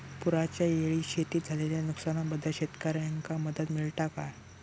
पुराच्यायेळी शेतीत झालेल्या नुकसनाबद्दल शेतकऱ्यांका मदत मिळता काय?